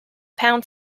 pound